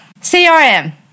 CRM